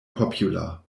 popular